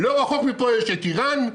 לא רחוק מפה יש את איראן.